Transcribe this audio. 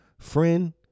friend